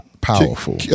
powerful